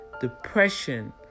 depression